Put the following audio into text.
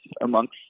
amongst